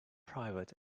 private